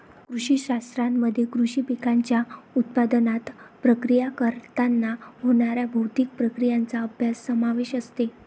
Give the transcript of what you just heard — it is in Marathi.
कृषी शास्त्रामध्ये कृषी पिकांच्या उत्पादनात, प्रक्रिया करताना होणाऱ्या भौतिक प्रक्रियांचा अभ्यास समावेश असते